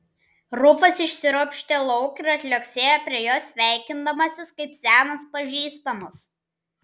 rufas išsiropštė lauk ir atliuoksėjo prie jos sveikindamasis kaip senas pažįstamas